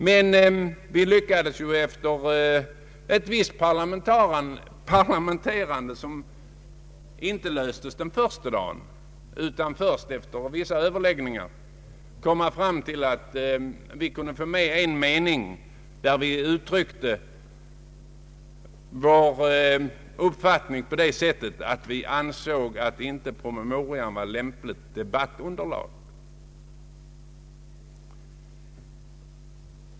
Men vi lyckades efter ett visst parlamenterande att — inte den första dagen utan efter en del överläggningar — få med en mening där vi uttryckte vår uppfattning på det sättet att vi ansåg att promemorian inte var lämpligt debattunderlag.